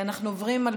2228,